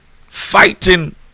fighting